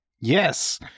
yes